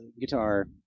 guitar